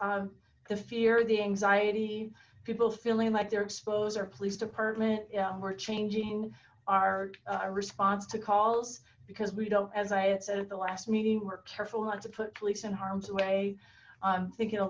the fear the anxiety people feeling like they're exposed our police department we're changing our response to calls because we don't as i had said at the last meeting we're careful not to put police in harm's way i'm thinking a